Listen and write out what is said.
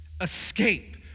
Escape